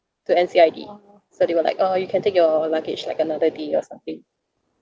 to N_C_I_D so they were like uh you can take your luggage like another day or something